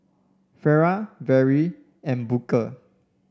Farrah Vere and Booker